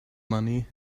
money